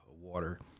water